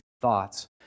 thoughts